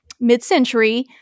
mid-century